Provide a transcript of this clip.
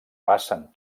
passen